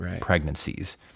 pregnancies